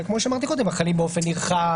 אלא כמו שאמרתי קודם: "החלים באופן נרחב".